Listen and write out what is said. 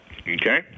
okay